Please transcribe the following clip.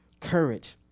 Courage